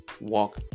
walk